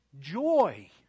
joy